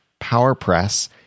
PowerPress